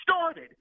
started